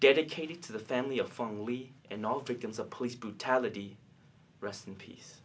dedicated to the family of family and all victims of police brutality rest in peace